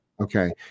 Okay